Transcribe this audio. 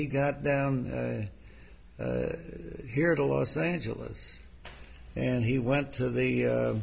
he got down here to los angeles and he went to the